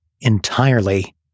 entirely